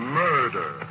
murder